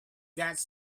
gets